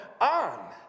on